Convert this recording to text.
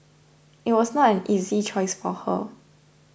it was not an easy choice for her